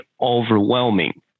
overwhelming